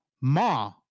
ma